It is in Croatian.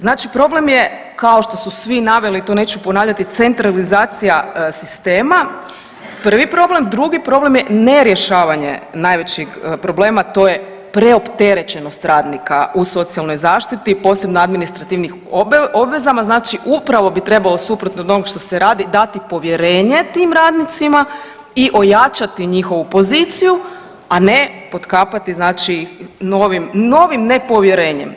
Znači problem je kao što su svi naveli, to neću ponavljati, centralizacija sistema prvi problem, drugi problem je ne rješavanje najvećeg problema to je preopterećenost radnika u socijalnoj zaštiti, posebno administrativnim obavezama, znači upravo bi trebalo suprotno od ovoga što se radi, dati povjerenje tim radnicima i ojačati njihovu poziciju, a ne potkapati novim nepovjerenjem.